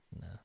no